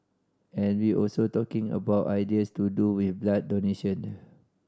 and we also talking about ideas to do with blood donation